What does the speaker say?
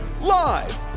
Live